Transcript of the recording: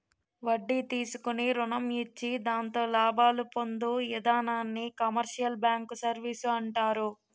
వడ్డీ తీసుకుని రుణం ఇచ్చి దాంతో లాభాలు పొందు ఇధానాన్ని కమర్షియల్ బ్యాంకు సర్వీసు అంటారు